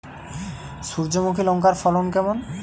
সূর্যমুখী লঙ্কার ফলন কেমন?